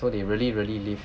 so they really really live